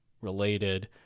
related